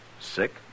sick